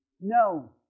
No